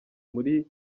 muri